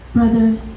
brothers